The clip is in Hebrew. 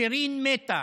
שירין מתה,